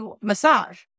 massage